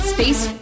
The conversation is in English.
Space